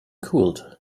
cooled